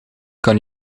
kan